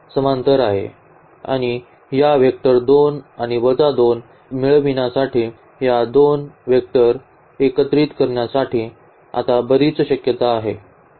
आणि या वेक्टर 2 आणि वजा 2 मिळविण्यासाठी या दोन वेक्टर एकत्रित करण्यासाठी आता बरीच शक्यता आहेत